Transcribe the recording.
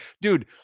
Dude